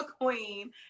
queen